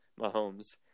Mahomes